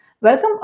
Welcome